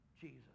Jesus